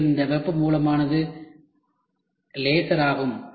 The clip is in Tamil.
மேலும் இந்த வெப்ப மூலமானது லேசர் ஆகும்